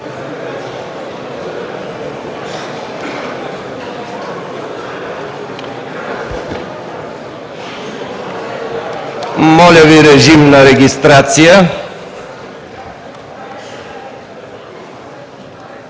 Моля Ви, режим на регистрация.